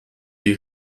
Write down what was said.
die